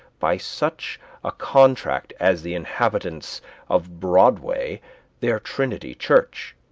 by such a contract as the inhabitants of broadway their trinity church?